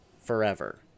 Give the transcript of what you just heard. forever